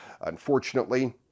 Unfortunately